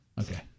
Okay